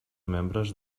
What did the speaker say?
membres